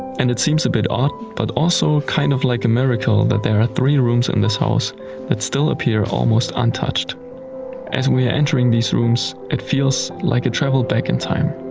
and it seems a bit odd but also kind of like a miracle that there are three rooms in this house that still appear almost untouched. and as we are entering these rooms it feels like a travel back in time.